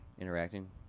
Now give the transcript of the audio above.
interacting